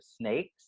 snakes